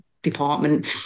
department